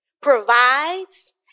provides